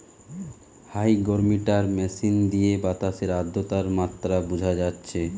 hygrometer machine দিয়ে বাতাসের আদ্রতার মাত্রা বুঝা যাচ্ছে